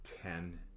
ten